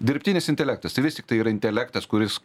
dirbtinis intelektas tai vis tiktai yra intelektas kuris